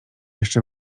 jeszcze